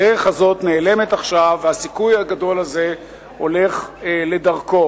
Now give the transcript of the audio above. הדרך הזאת נעלמת עכשיו והסיכוי הגדול הזה הולך לדרכו.